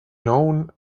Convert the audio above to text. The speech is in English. known